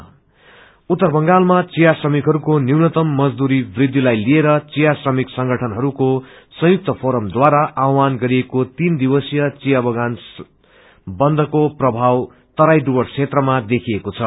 joint forum उत्तर बंगालमा चिया श्रमिकहस्को न्यूनतम मजदुरी वृद्खिलाई लिएर चिया श्रमिकहस्को संयुक्त फोरमद्वारा आवहान गरिएको तीन दिवसीय चिया बगान बन्दको प्रभाव तराई डुर्वस क्षेत्रमा देखिएको छ